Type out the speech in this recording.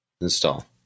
Install